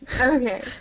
Okay